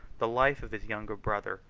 the life of his younger brother,